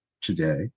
today